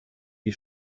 wie